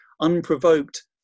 unprovoked